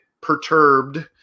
perturbed